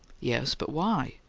yes but why?